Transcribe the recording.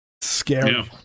Scary